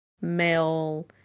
male